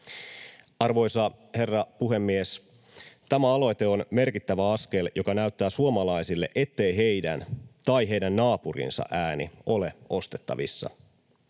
Arvoisa herra puhemies! Tämä aloite on merkittävä askel, joka näyttää suomalaisille, ettei heidän tai heidän naapurinsa ääni ole ostettavissa.